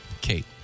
Kate